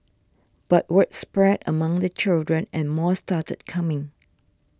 but word spread among the children and more started coming